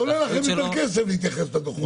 זה עולה לכם יותר כסף להתייחס לדוחות האלה.